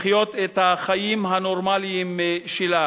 לחיות את החיים הנורמליים שלה.